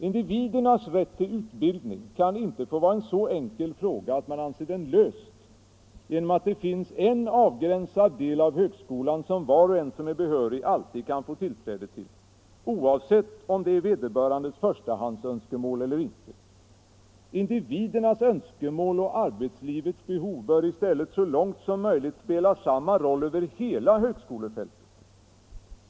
Individens rätt till utbildning kan inte få vara en så enkel fråga att man anser den löst genom att det finns en avgränsad del av högskolan som var och en som är behörig alltid kan få tillträde till, oavsett om det är vederbörandes förstahandsönskemål eller inte. Individernas önskemål och arbetslivets behov bör i stället så långt som möjligt spela samma roll över hela högskolefältet.